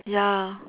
ya